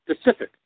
specific